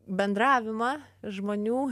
bendravimą žmonių